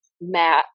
Matt